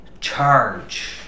charge